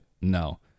no